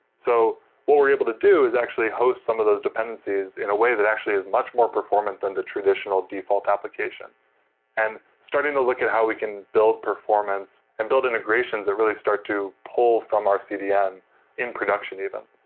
so what we're able to do is actually host some of those dependencies in a way that actually is much more performant than the traditional default application and starting to look at how we can build performance and build integrations that really start to pull from our cdn in production even.